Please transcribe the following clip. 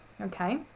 okay